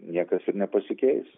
niekas ir nepasikeis